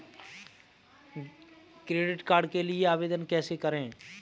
Credit card के लिए आवेदन कैसे करें?